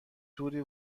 توری